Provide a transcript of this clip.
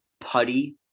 putty